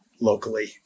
locally